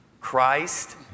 Christ